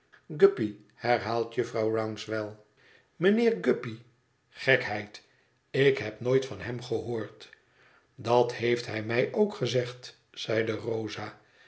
herhaalt jufvrouw rouncewell mijnheer guppy gekheid ik heb nooit van hem gehoord dat heeft hij mij ook gezegd zeide rosa